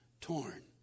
torn